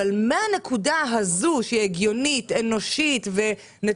מצב שבו אותו